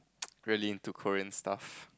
really into Korean stuff